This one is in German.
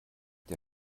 der